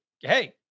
hey